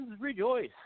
rejoice